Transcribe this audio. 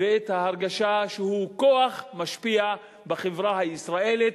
ואת ההרגשה שהוא כוח משפיע בחברה הישראלית,